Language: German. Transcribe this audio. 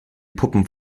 puppen